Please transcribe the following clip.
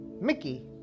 Mickey